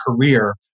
career